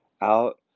out